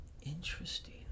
Interesting